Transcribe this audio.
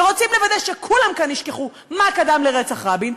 ורוצים לוודא שכולם כאן ישכחו מה קדם לרצח רבין.